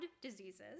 diseases